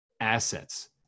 assets